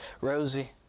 Rosie